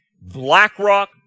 BlackRock